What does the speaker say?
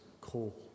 call